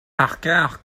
parker